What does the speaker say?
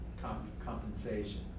Compensation